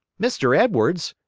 mr. edwards,